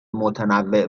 متنوع